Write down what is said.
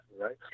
right